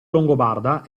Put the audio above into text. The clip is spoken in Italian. longobarda